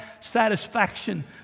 satisfaction